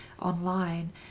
online